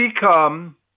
become